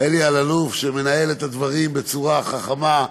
אלי אלאלוף, שמנהל את הדברים בצורה חכמה,